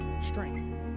strength